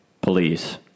police